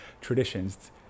traditions